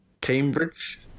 Cambridge